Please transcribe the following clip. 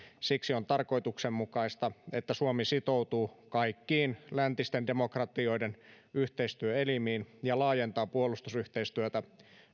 siksi on tarkoituksenmukaista että suomi sitoutuu kaikkiin läntisten demokratioiden yhteistyöelimiin ja laajentaa puolustusyhteistyötä